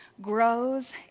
grows